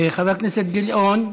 חבר הכנסת גילאון.